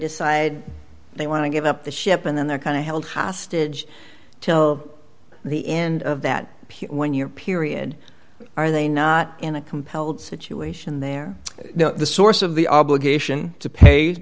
decide they want to give up the ship and then they're kind of held hostage till the end of that when your period are they not in a compelled situation they're the source of the obligation to pay